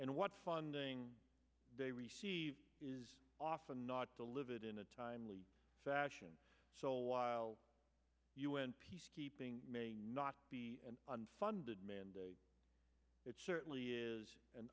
and what funding they receive is often not to live it in a timely fashion so while u n peacekeeping may not be an unfunded mandate it certainly is an